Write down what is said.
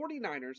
49ers